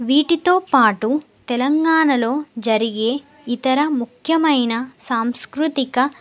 వీటితో పాటు తెలంగాణలో జరిగే ఇతర ముఖ్యమైన సాంస్కృతిక